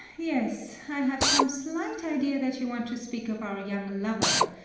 yes, i have some slight idea that you want to speak of our young lover,